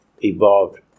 evolved